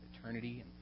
eternity